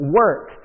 work